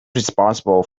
responsible